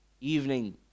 evening